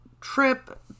trip